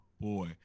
Boy